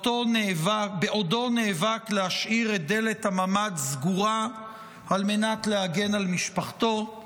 בעודו נאבק להשאיר את דלת הממ"ד סגורה על מנת להגן על משפחתו.